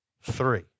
three